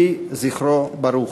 יהי זכרו ברוך.